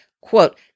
quote